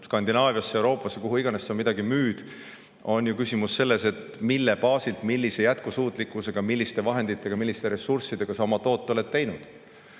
Skandinaaviasse, Euroopasse või kuhu iganes sa midagi müüd, küsimus on ju selles, mille baasilt, millise jätkusuutlikkusega, milliste vahenditega, milliste ressurssidega sa oma toote oled teinud.